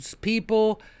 people